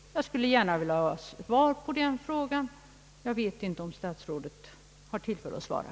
Jag skulle gärna vilja ha svar på den frågan, om statsrådet har tillfälle att svara.